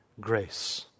grace